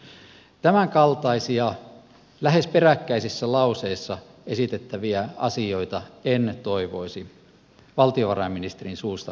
tämänkaltaisia lähes peräkkäisissä lauseissa esitettäviä asioita en toivoisi valtiovarainministerin suusta kuulevani